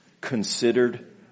Considered